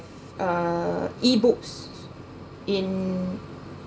uh E books in